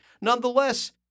nonetheless